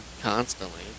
constantly